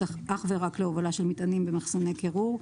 אך ורק להובלה של מטענים במחסני קירור.